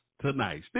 tonight